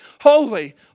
holy